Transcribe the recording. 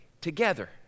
together